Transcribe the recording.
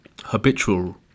habitual